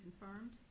confirmed